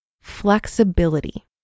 Flexibility